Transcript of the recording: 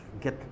get